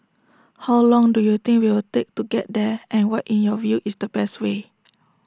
how long do you think we'll take to get there and what in your view is the best way